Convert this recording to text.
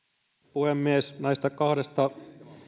puhemies näistä kahdesta